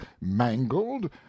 mangled